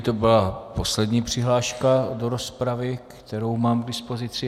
To byla poslední přihláška do rozpravy, kterou mám k dispozici.